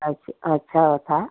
अच्छ अच्छा वो था